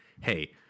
hey